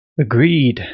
agreed